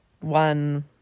one